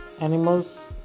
animals